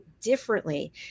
differently